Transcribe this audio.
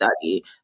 study